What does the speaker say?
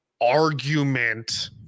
argument